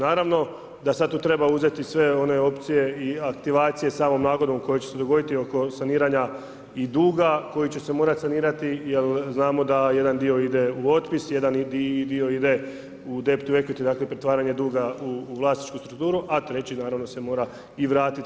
Naravno da sad tu treba uzeti sve one opcije i aktivacije samom nagodbom koja će se dogoditi oko saniranja i duga koji će se morati sanirati jer znamo da jedan dio ide u otpis, jedan dio ide u ... dakle, pretvaranje duga u vlasničku strukturu, a treći naravno se mora i vratiti.